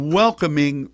welcoming